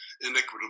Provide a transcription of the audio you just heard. inequitable